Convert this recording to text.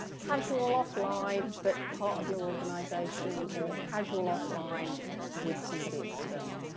casual offline but part of your organisation, or casual offline with somebody external.